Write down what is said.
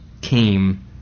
came